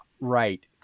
right